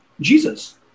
Jesus